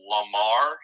Lamar